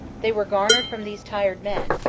they were garnered from these tired men,